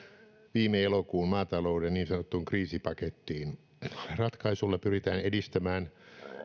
viime elokuun niin sanottuun maatalouden kriisipakettiin ratkaisulla pyritään edistämään